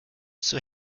zur